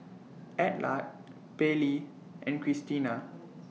Adelard Pairlee and Christina